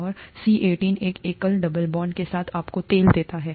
और C18 एक एकल डबल बांड के साथ आपको तेल देता है